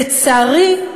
לצערי,